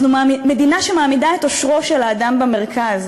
אנחנו מדינה שמעמידה את אושרו של האדם במרכז,